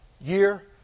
year